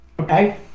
Okay